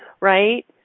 right